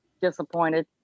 disappointed